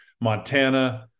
Montana